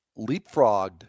leapfrogged